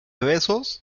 besos